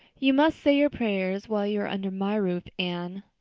you must say your prayers while you are under my roof, anne.